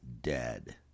dead